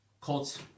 Colts